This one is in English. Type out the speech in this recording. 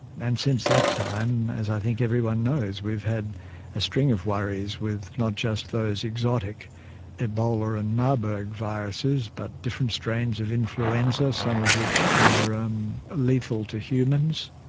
and since that time, as i think everyone knows, we've had a string of worries with not just those exotic ebola and marburg viruses but different strains of influenza, some of which are um lethal to humans.